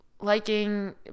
liking